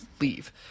leave